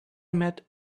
met